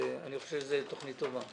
ואני חושב שזאת תוכנית טובה.